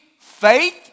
faith